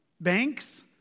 Banks